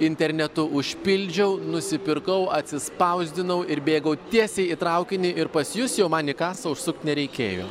internetu užpildžiau nusipirkau atsispausdinau ir bėgau tiesiai į traukinį ir pas jus jau man į kasą užsukt nereikėjo